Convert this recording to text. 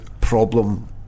problem